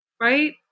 right